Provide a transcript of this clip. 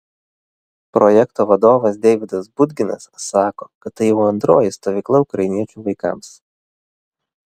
projekto vadovas deividas budginas sako kad tai jau antroji stovykla ukrainiečių vaikams